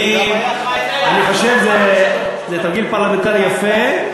אני חושב שזה תרגיל פרלמנטרי יפה,